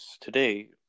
today